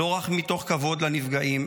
לא רק מתוך כבוד לנפגעים,